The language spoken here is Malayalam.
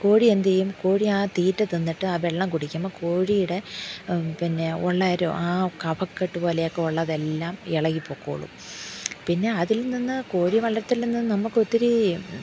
കോഴിയ എന്ത് ചെയ്യും കോഴി ആ തീറ്റ തിന്നിട്ട് ആ വെള്ളം കുടിക്കുമ്പോൾ കോഴിയുടെ പിന്നെയുള്ള ആ കഫക്കെട്ട് പോലെയൊക്കെ ഉള്ളതെല്ലാം ഇളകി പൊക്കോളും പിന്നെ അതിൽ നിന്ന് കോഴി വളർത്തുന്നത് നിന്ന് നമുക്ക് ഒത്തിരി